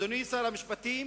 אדוני שר המשפטים,